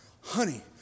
honey